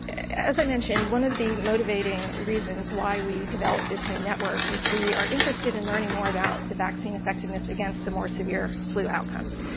as i mentioned, one of the motivating reasons why we developed this new network was we are interested in learning more about the vaccine effectiveness against the more severe flu outcomes,